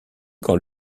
quand